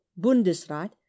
bundesrat